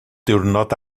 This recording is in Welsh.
diwrnod